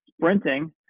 sprinting